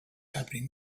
happening